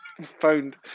phoned